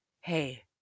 hey